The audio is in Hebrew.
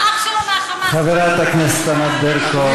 עם אח שלו מה"חמאס" חברת הכנסת ענת ברקו,